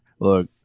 look